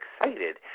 excited